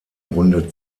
runde